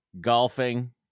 Golfing